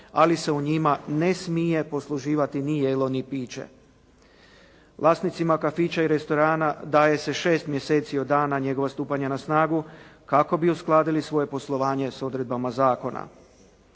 ali se u njima ne smije posluživati ni jelo ni piće. Vlasnicima kafića i restorana daje se šest mjeseci od dana njegova stupanja na snagu kao bi uskladili svoje poslovanje s odredbama zakona.